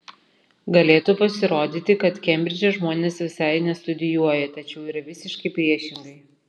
galėtų pasirodyti kad kembridže žmonės visai nestudijuoja tačiau yra visiškai priešingai